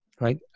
right